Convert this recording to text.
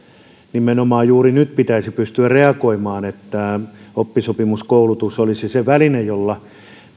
nimenomaan juuri nyt pitäisi pystyä reagoimaan niin että oppisopimuskoulutus olisi se väline jolla